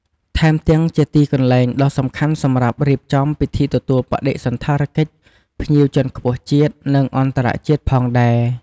ថែមទាំងជាទីកន្លែងដ៏សំខាន់សម្រាប់រៀបចំ ពិធីទទួលបដិសណ្ឋារកិច្ចភ្ញៀវជាន់ខ្ពស់ជាតិ និងអន្តរជាតិផងដែរ។